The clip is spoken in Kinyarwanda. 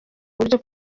uburyo